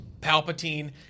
Palpatine